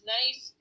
nice